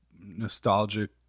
nostalgic